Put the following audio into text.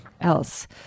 else